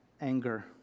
anger